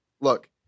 look